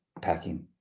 packing